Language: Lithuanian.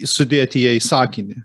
sudėti ją į sakinį